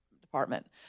department